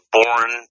born